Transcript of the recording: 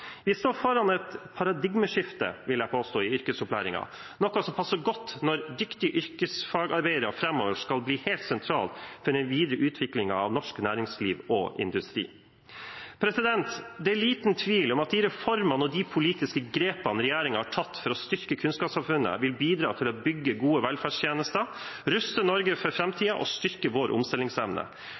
Vi står foran et paradigmeskifte, vil jeg påstå, i yrkesopplæringen, noe som passer godt når dyktige yrkesfagarbeidere framover skal bli helt sentrale for den videre utviklingen av norsk næringsliv og industri. Det er liten tvil om at de reformene og de politiske grepene regjeringen har tatt for å styrke kunnskapssamfunnet, vil bidra til å bygge gode velferdstjenester, ruste Norge for framtiden og styrke vår omstillingsevne.